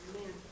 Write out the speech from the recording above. Amen